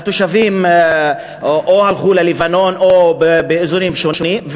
התושבים הלכו ללבנון או לאזורים שונים,